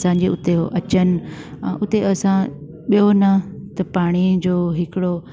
असांजे उते हो अचनि ऐं उते असां ॿियों न त पाणी जो हिकिड़ो